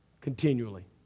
continually